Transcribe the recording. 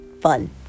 fun